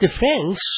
defense